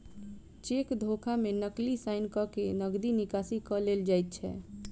cheque धोखा मे नकली साइन क के नगदी निकासी क लेल जाइत छै